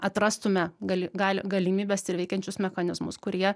atrastume gali gali galimybes ir veikiančius mechanizmus kurie